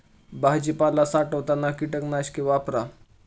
भाजीपाला साठवताना कीटकनाशके वापरा